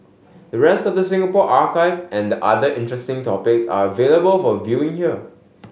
the rest of the Singapore archive and other interesting topics are available for viewing here